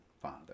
father